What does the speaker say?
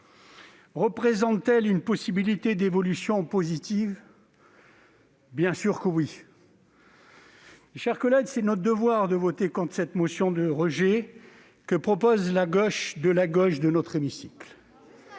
Représente-t-elle une possibilité d'évolution positive ? Bien sûr que oui ! Mes chers collègues, c'est notre devoir de voter contre cette motion de rejet que propose la gauche de la gauche de notre hémicycle.